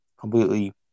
completely